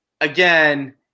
again